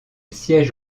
siège